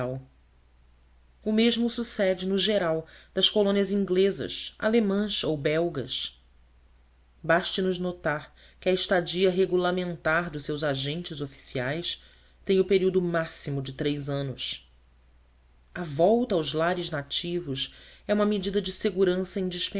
o mesmo sucede no geral das colônias inglesas alemãs ou belgas baste nos notar que a estada regulamentar dos seus agentes oficiais tem o período máximo de três anos a volta aos lares nativos é uma medida de segurança